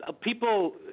people